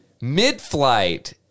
mid-flight